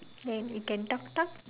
then we can talk talk